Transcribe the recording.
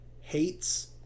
hates